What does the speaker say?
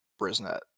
BrizNet